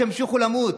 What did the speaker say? שימשיכו למות.